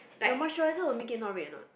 your moisturizer will make it not red or not